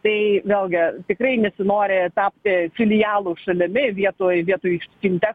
tai vėlgi tikrai nesinori tapti filialų šalimi vietoj vietoj iš fintech